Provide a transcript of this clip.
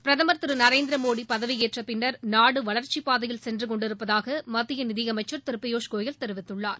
பிரதமர் திரு நரேந்திரமோடி பதவியேற்ற பின்னர் நாடு வளர்ச்சிப் பாதையில் சென்று கொண்டிருப்பதாக மத்திய நிதியமைச்சர் திரு பியூஷ்கோயல் தெரிவித்துள்ளார்